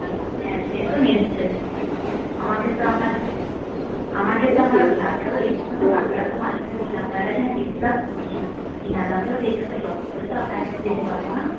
হ্যাঁ সে তো নিশ্চই আমাকে তো আমার আমাকে তো আমার লাভটা তো দেখতে হবে মাথাটা তো বাঁচাতে হবে আপনার কাছে আমি বেশী লাভ করছি না কেনা দামটা তো দিতে হবে লস করে তো আপনাকে আমি দিতে পারব না